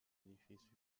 edifício